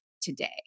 today